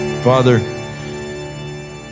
Father